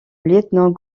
lieutenant